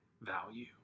value